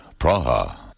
Praha